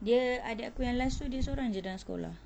dia adik aku yang last tu dia sorang jer dalam sekolah